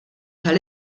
tal